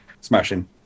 Smashing